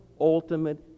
ultimate